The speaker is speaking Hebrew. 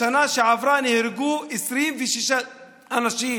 בשנה שעברה נהרגו 26 אנשים.